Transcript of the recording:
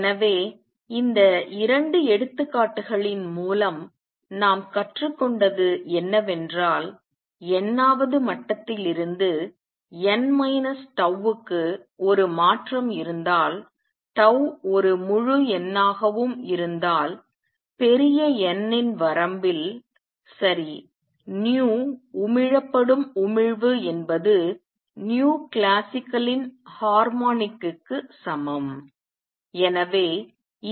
எனவே இந்த 2 எடுத்துக்காட்டுகளின் மூலம் நாம் கற்றுக்கொண்டது என்னவென்றால் n வது மட்டத்திலிருந்து n τ க்கு ஒரு மாற்றம் இருந்தால் ஒரு முழு எண்ணாகவும் இருந்தால் பெரிய n இன் வரம்பில் சரி உமிழப்படும் உமிழ்வு என்பது classicalலின் ஹார்மோனி இக்கு சமம்